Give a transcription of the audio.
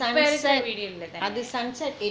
இப்ப இருக்குற வீடு இல்லதானே:ippa irukkara veedu illathanae